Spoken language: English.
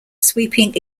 sweeping